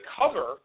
cover